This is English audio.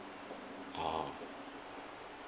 oh